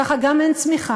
ככה גם אין צמיחה,